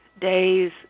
Days